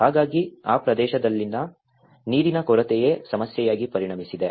ಹಾಗಾಗಿ ಆ ಪ್ರದೇಶದಲ್ಲಿ ನೀರಿನ ಕೊರತೆಯೇ ಸಮಸ್ಯೆಯಾಗಿ ಪರಿಣಮಿಸಿದೆ